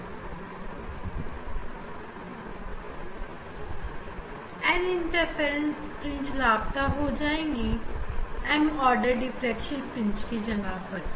N th b fringe interference fringe लापता हो गई m th order diffraction fringe के जगह पर